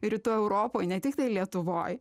rytų europoj ne tiktai lietuvoj